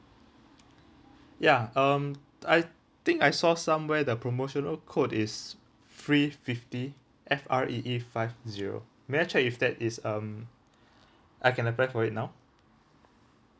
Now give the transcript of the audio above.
ya um I think I saw somewhere the promotional code is free fifty F R E E five zero may I check with that is um I can apply for it now